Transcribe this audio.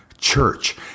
church